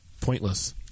pointless